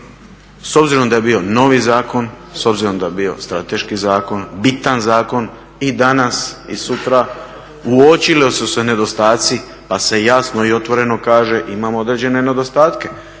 s obzirom da je bio novi zakon, s obzirom da je bio strateški zakon, bitan zakon, i danas i sutra uočili su se nedostaci pa se jasno i otvoreno kaže imamo određene nedostatke